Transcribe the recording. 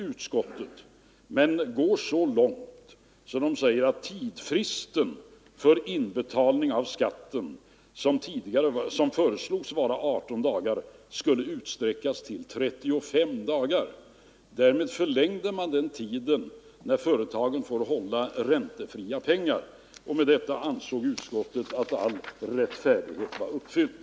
Utskottet går emellertid så långt att man säger att den föreslagna tidsfristen för inbetalning av skatten — den hade föreslagits till 18 dagar — borde utsträckas till 35 dagar. Därmed förlängdes alltså den tid som företagen fick hålla räntefria pengar. Och med detta ansåg utskottet all rättfärdighet uppfylld.